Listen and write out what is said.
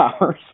hours